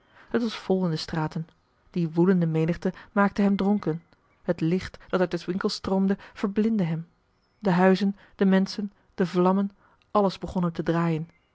het was vol in de straten die woelende menigte maakt hem dronken het licht dat uit de winkels stroomde verblindde hem de huizen de menschen de vlammen alles begon hem te draaien